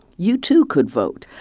you too could vote.